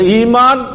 iman